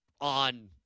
on